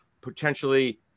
potentially